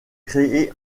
créés